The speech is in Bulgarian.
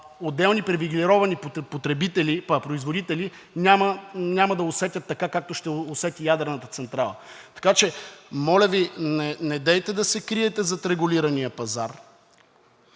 отделни привилегировани производители няма да усетят така, както ще усети ядрената централа. Така че, моля Ви, недейте да се криете зад регулирания пазар,